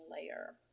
layer